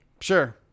Sure